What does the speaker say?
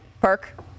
Perk